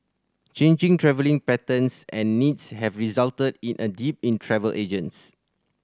changing travelling patterns and needs have resulted in a dip in travel agents